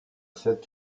sept